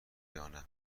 یانه